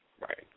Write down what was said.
Right